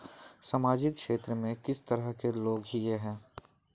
सामाजिक क्षेत्र में किस तरह के लोग हिये है?